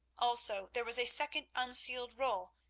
also, there was a second unsealed roll,